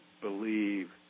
believe